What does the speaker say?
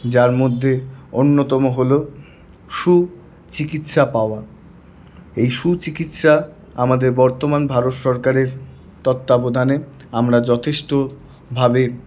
যার মধ্যে অন্যতম হল সুচিকিৎসা পাওয়া এই সুচিকিৎসা আমাদের বর্তমান ভারত সরকারের তত্ত্বাবধানে আমরা যথেষ্টভাবে